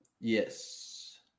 Yes